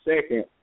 second